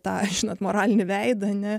tą žinot moralinį veidą ne